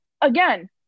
again